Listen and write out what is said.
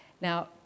now